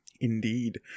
Indeed